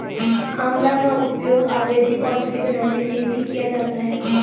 आंवला का उपयोग आयुर्वेदिक औषधि बनाने में भी किया जाता है